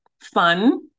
fun